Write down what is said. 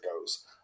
goes